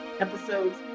episodes